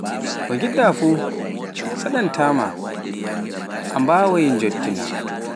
Ko ngiɗɗa fuf saɗan taama, a mbawaai njojjitanaa.